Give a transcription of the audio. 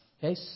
Okay